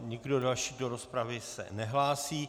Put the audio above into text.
Nikdo další se do rozpravy nehlásí.